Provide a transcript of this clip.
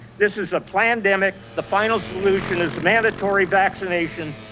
this is a plandemic. the final solution is mandatory vaccination,